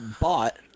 bought